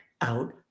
out